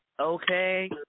Okay